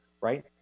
right